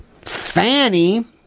Fanny